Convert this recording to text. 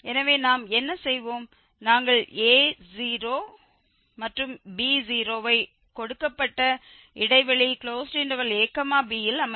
எனவே நாம் என்ன செய்வோம் நாங்கள் a0 மற்றும் b0 ஐ கொடுக்கப்பட்ட இடைவெளி a b ல் அமைப்போம்